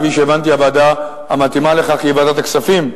כפי שהבנתי, הוועדה המתאימה לכך היא ועדת הכספים.